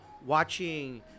Watching